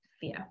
fear